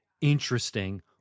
interesting